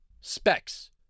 Specs